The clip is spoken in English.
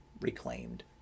reclaimed